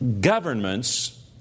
Governments